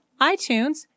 iTunes